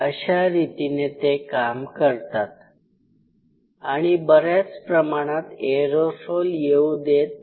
अशा रीतीने ते काम करतात आणि बऱ्याच प्रमाणात एरोसोल येऊ देत नाही